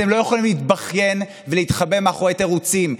אתם לא יכולים להתבכיין ולהתחבא מאחורי תירוצים.